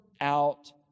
out